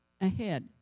ahead